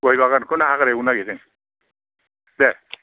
गयबागानखौनो हाग्रा एवनो नागेरदों दे